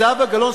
זהבה גלאון,